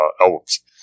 albums